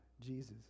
Jesus